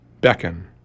beckon